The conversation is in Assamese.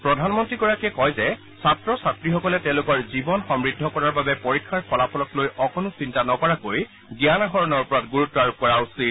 প্ৰধানমন্ত্ৰীয়ে কয় যে ছাত্ৰ ছাত্ৰীসকলে তেওঁলোকৰ জীৱন সমূদ্ধ কৰাৰ বাবে পৰীক্ষাৰ ফলাফলক লৈ অকণো চিন্তা নকৰাকৈ জ্ঞান আহৰণৰ ওপৰত গুৰুত্ব আৰোপ কৰা উচিত